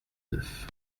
neuf